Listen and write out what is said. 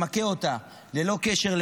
שמכה אותה ללא קשר לדת,